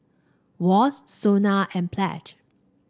Wall's Sona and Pledge